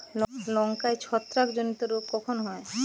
লঙ্কায় ছত্রাক জনিত রোগ কখন হয়?